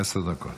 עשר דקות.